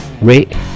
rate